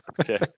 Okay